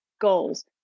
goals